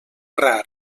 rar